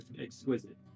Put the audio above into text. exquisite